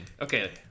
Okay